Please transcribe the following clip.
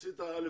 עשית א'-ב',